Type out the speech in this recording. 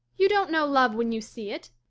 you don't know love when you see it.